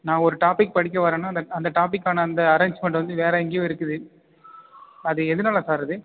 நான் ஒரு டாப்பிக் படிக்க வரன்னா அந்த அந்த டாப்பிக்கான அந்த அரேஞ்மெண்ட் வந்து வேறு எங்கையோ இருக்குது அது எதனால சார் அது